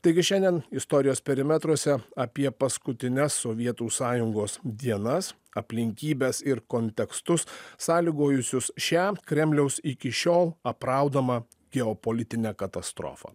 taigi šiandien istorijos perimetruose apie paskutines sovietų sąjungos dienas aplinkybes ir kontekstus sąlygojusius šią kremliaus iki šiol apraudamą geopolitinę katastrofą